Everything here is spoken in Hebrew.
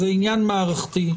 זה עניין מערכתי,